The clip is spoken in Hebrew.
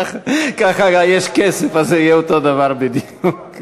ככה ה"יש כסף" הזה יהיה אותו הדבר בדיוק.